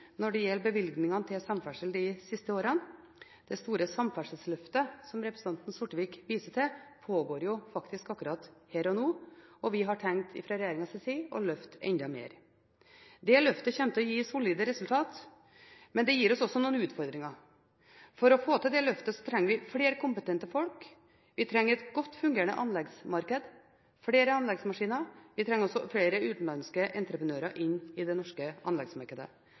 når det gjelder bevilgninger til samferdsel de siste årene. Det store samferdselsløftet – som representanten Sortevik viser til – pågår jo faktisk akkurat her og nå. Og fra regjeringens side har vi tenkt å løfte enda mer. Dette løftet kommer til å gi solide resultater. Men det gir oss også noen utfordringer. For å få til dette løftet trenger vi flere kompetente folk, vi trenger et godt fungerende anleggsmarked og flere anleggsmaskiner, og vi trenger også flere utenlandske entreprenører inn i det norske anleggsmarkedet.